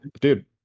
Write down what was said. dude